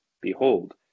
Behold